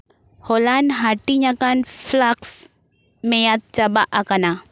ᱦᱚᱞᱟᱱ ᱦᱟᱹᱴᱤᱧ ᱟᱠᱟᱱ ᱯᱷᱞᱟᱠᱥ ᱢᱮᱭᱟᱫ ᱪᱟᱵᱟ ᱟᱠᱟᱱᱟ